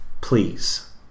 please